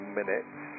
minutes